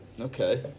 Okay